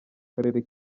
karere